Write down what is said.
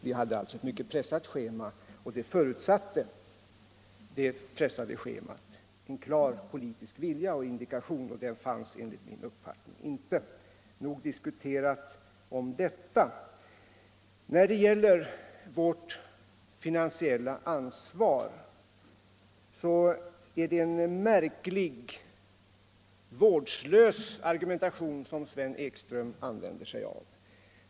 Vi hade alltså ett mycket pressat tidsschema, och detta pressade schema förutsatte en klar indikation och politisk vilja, men denna vilja fanns enligt min mening inte. — Därmed nog diskuterat om detta. När det gäller vårt finansiella ansvar är det en märkligt vårdslös argumentation som Sven Ekström använder sig av.